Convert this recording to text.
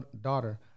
daughter